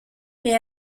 mais